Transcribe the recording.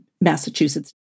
Massachusetts